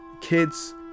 Kids